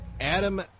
Adam